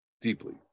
deeply